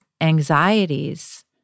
anxieties